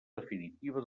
definitiva